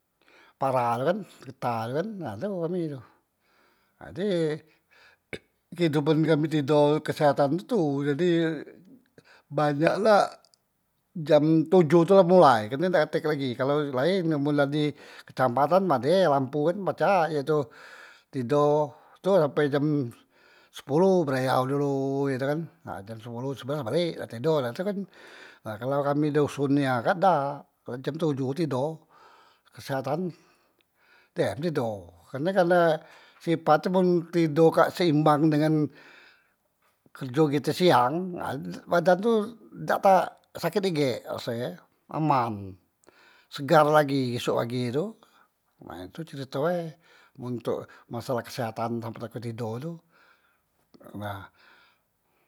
Para tu kan, getah tu kan, ha tu kami tu, jadi kehidupan kami tido kesehatan tu jadi banyak la jam tojoh tu la mulai karne dak tek lagi, kalu laen man la di kecamatan ade lampu kan pacak ye tu tido tu sampe jam spoloh balayau dulu ye tu kan, jam spoloh sebelas la balek la tedo tu kan, ha kalo kami doson nia dak la jam tojoh tido kesehatan dem tido kerne karna sipat e men tido kak seimbang dengan kerjo kite siang ha badan tu dak te saket igek rase e aman, segar lagi esok pagi tu, ha tu cerito e men ntok masalah kesehatan sampe takot tido tu nah.